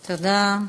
תודה.